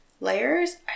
layers